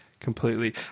completely